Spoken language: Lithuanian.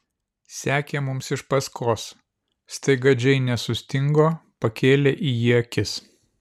sekė mums iš paskos staiga džeinė sustingo pakėlė į jį akis